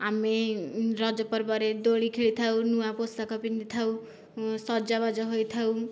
ଆମେ ରଜପର୍ବରେ ଦୋଳି ଖେଳିଥାଉ ନୂଆ ପୋଷାକ ପିନ୍ଧିଥାଉ ସଜବାଜ ହୋଇଥାଉ